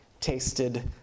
tasted